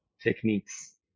techniques